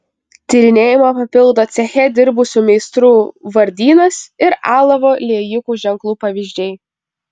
tyrinėjimą papildo ceche dirbusių meistrų vardynas ir alavo liejikų ženklų pavyzdžiai